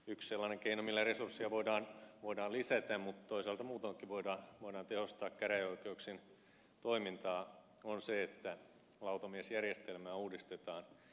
yksi sellainen keino millä resursseja voidaan lisätä mutta toisaalta muutoinkin voidaan tehostaa käräjäoikeuksien toimintaa on se että lautamiesjärjestelmää uudistetaan